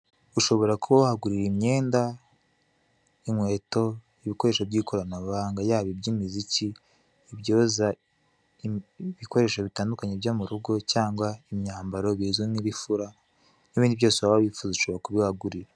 Ushobora kuba wagura imyenda inkweto, ibikoresho by'ikoranabuhanga, yaba iby'imiziki, ibyoza, ibikoresho bitandukanye byo murugo cyangwa imyambaro bizwi nk'ibifura, n'ibindi byose waba wifuza ushobora kubihagurira.